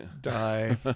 die